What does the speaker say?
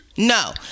No